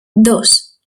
dos